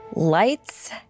Lights